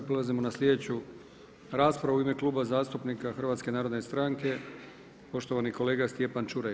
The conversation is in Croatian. Prelazimo na sljedeću raspravu u ime Kluba zastupnika HNS-a poštovani kolega Stjepan Čuraj.